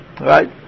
Right